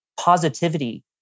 positivity